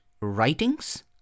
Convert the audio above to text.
writings